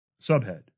Subhead